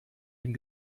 dem